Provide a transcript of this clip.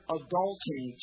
adulting